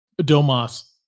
Domas